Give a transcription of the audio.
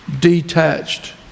detached